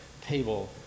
table